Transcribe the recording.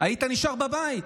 היית נשאר בבית,